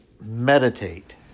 Meditate